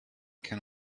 can